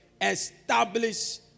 establish